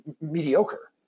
mediocre